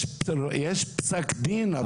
יש פסק דין.